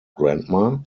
grandma